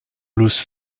lose